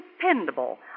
dependable